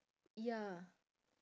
ya